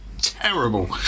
terrible